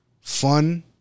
fun